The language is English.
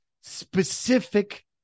specific